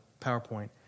PowerPoint